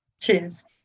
Cheers